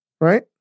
Right